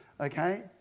Okay